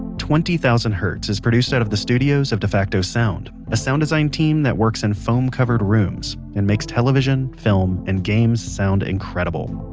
twenty thousand hertz is produced out of the studios of defacto sound. a sound design team that works in foam covered rooms and makes television, film, and games sound incredible.